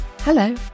Hello